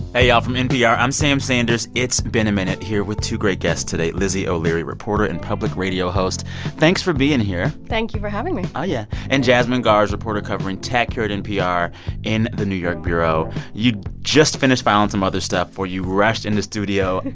hey, y'all. from npr, i'm sam sanders. it's been a minute, here with two great guests today, lizzie o'leary, reporter and public radio host thanks for being here thank you for having me oh, yeah and jasmine garsd, reporter covering tech here at npr in the new york bureau. you just finished filing some other stuff before you rushed in the studio. and